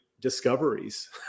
discoveries